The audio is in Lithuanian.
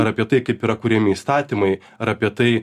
ar apie tai kaip yra kuriami įstatymai ar apie tai